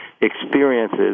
experiences